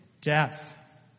death